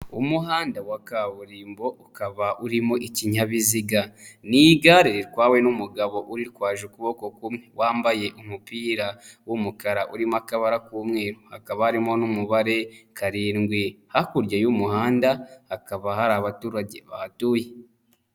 Umuhanda wa kaburimbo ukaba urimo ikinyabiziga, ni igare ritwawe n'umugabo uritwaje ukuboko kumwe wambaye umupira w'umukara urimo akabara k'umweru hakaba harimo n'umubare karindwi, hakurya y'umuhanda hakaba hari abaturage bahatuye.